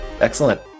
Excellent